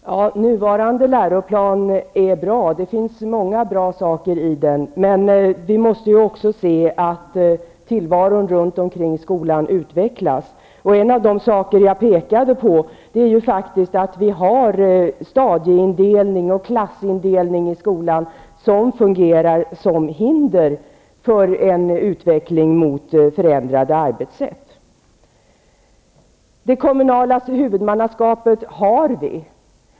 Herr talman! Den nuvarande läroplanen är bra. Det finns många bra saker i den. Men vi måste också se till att tillvaron runt omkring skolan utvecklas. En av de detaljer som jag pekade på är att vi i skolan har stadieindelning och klassindelning, vilket fungerar såsom ett hinder för en utveckling mot förändrade arbetssätt. Det kommunala huvudmannaskapet har vi.